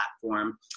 platform